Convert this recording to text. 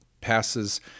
passes